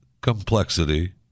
complexity